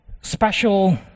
special